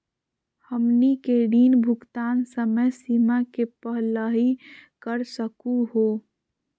हमनी के ऋण भुगतान समय सीमा के पहलही कर सकू हो?